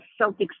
Celtics